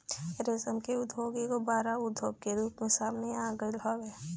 रेशम के उद्योग एगो बड़ उद्योग के रूप में सामने आगईल हवे